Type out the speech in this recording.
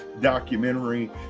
documentary